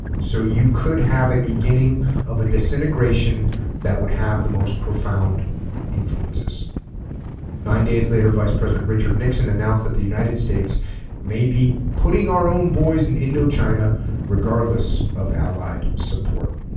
so you could have a beginning of a disintegration that would have the most profound influences nine days later vice president richard nixon announced that the united states may be putting our own boys in indochina regardless of allied support